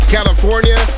California